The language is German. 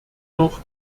noch